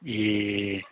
ए